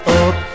up